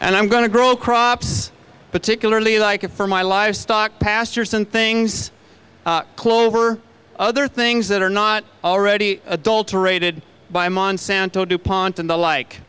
and i'm going to grow crops particularly like it for my livestock pastures and things clover other things that are not already adulterated by monsanto dupont and the like